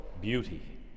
beauty